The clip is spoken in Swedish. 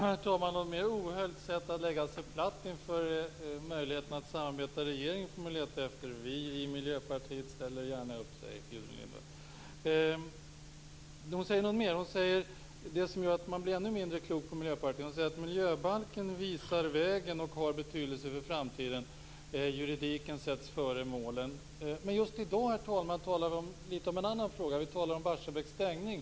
Herr talman! Något mer ohöljt sätt att lägga sig platt inför möjligheten att samarbeta med regeringen får man leta efter. Vi i Miljöpartiet ställer gärna upp, säger Gudrun Lindvall. Hon säger också något annat, något som gör att man blir ännu mindre klok på Miljöpartiet. Hon säger att miljöbalken visar vägen och har betydelse för framtiden. Juridiken sätts före målen. Men just i dag, herr talman, talar vi litet om en annan fråga. Vi talar om Barsebäcks stängning.